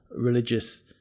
religious